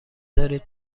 دارید